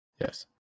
Yes